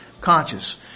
conscious